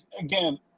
again